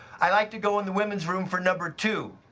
i like to go in the woman's room for number two.